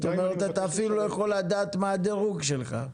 זאת אומרת, אתה אפילו לא יכול לדעת מה הדירוג שלך.